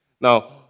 Now